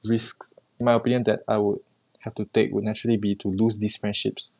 risks my opinion that I would have to take would naturally be to lose these friendships